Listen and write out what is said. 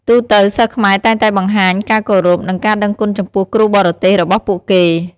ទូទៅ សិស្សខ្មែរតែងតែបង្ហាញការគោរព និងការដឹងគុណចំពោះគ្រូបរទេសរបស់ពួកគេ។